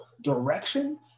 direction